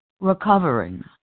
recovering